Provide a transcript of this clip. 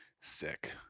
Sick